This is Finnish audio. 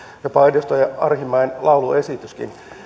jopa edustaja arhinmäen lauluesitys